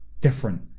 different